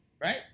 Right